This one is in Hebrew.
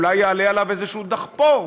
אולי יעלה עליו איזשהו דחפור,